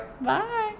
bye